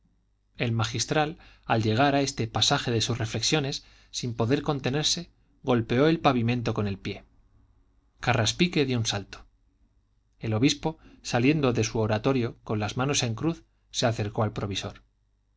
el magistral al llegar a este pasaje de sus reflexiones sin poder contenerse golpeó el pavimento con el pie carraspique dio un salto el obispo saliendo de su oratorio con las manos en cruz se acercó al provisor